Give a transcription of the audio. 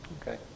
Okay